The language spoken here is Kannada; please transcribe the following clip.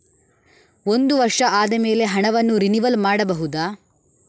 ಒಂದು ವರ್ಷ ಆದಮೇಲೆ ಹಣವನ್ನು ರಿನಿವಲ್ ಮಾಡಬಹುದ?